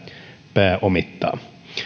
pääomittaa